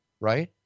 right